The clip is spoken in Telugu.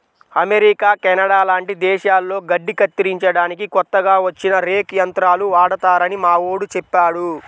అమెరికా, కెనడా లాంటి దేశాల్లో గడ్డి కత్తిరించడానికి కొత్తగా వచ్చిన రేక్ యంత్రాలు వాడతారని మావోడు చెప్పాడు